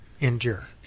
endure